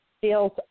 feels